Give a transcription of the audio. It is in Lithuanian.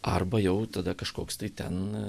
arba jau tada kažkoks tai ten